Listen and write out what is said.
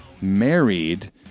married